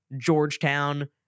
Georgetown